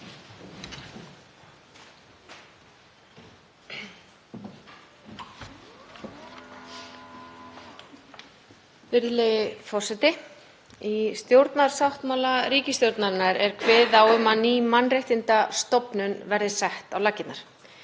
forseti. Í stjórnarsáttmála ríkisstjórnarinnar er kveðið á um að ný mannréttindastofnun verði sett á laggirnar.